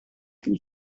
can